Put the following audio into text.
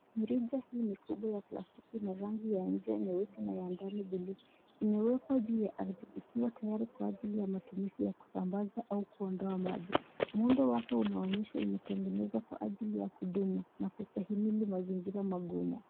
Mirija hii mikubwa ya plastiki ina rangi ya nje nyeusi na ya ndani blue . Imewekwa juu ya ardhi ikiwa tayari kwa matumizi ya kusambaza au kuondoa maji. Muundo wake unaonyesha imetengenezwa kwa ajili ya kudumu na kushahimili mazingira magumu.